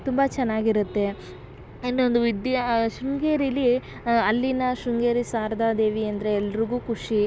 ತುಂಬ ಚೆನ್ನಾಗಿರುತ್ತೆ ಇನ್ನೊಂದು ವಿದ್ಯಾ ಶೃಂಗೇರಿಲಿ ಅಲ್ಲಿನ ಶೃಂಗೇರಿ ಶಾರದಾ ದೇವಿ ಅಂದರೆ ಎಲ್ಲರಿಗು ಖುಷಿ